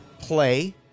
play